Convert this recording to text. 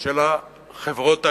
של החברות האלה,